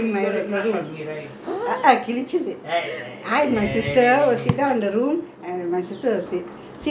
my sister will say see lah hall leh போய் ஒக்காந்து படோ பாக்க முடில இவரு வந்து ஒக்காந்துட்டாரு:poi okkanthu pado paaka mudila ivaru vanthu okkanthuttaaru